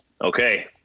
Okay